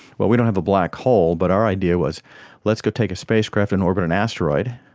well, we don't have a black hole but our idea was let's go take a spacecraft and orbit an asteroid.